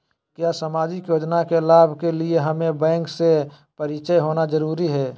क्या सामाजिक योजना के लाभ के लिए हमें बैंक से परिचय होना जरूरी है?